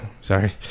sorry